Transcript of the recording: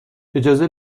اجازه